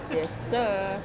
yes sir